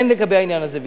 אין לגבי העניין הזה ויכוח.